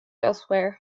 elsewhere